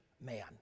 man